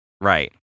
right